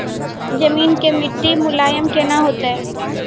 जमीन के मिट्टी मुलायम केना होतै?